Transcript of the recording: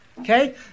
Okay